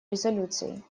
резолюций